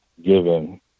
Given